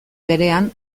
berean